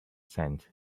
sense